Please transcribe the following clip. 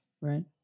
Right